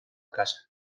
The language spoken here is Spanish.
casa